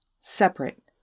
separate